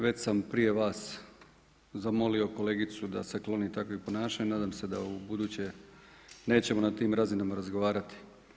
Već sam prije vas zamolio kolegicu da se kloni takvih ponašanja, nadam se da ubuduće nećemo na tim razinama razgovarati.